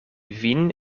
vin